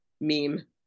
meme